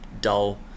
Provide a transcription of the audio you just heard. dull